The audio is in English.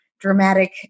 dramatic